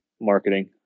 Marketing